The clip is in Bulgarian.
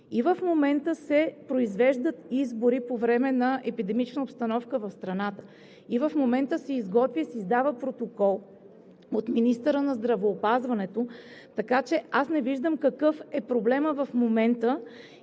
И в момента се произвеждат избори по време на епидемична обстановка в страната, и в момента се изготвя и се издава протокол от министъра на здравеопазването, така че аз не виждам какъв е проблемът в момента